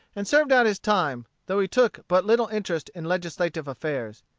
and served out his time, though he took but little interest in legislative affairs.